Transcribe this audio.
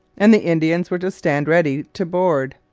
and the indians were to stand ready to board.